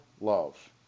Love